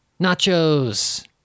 nachos